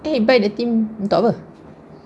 eh but the team untuk apa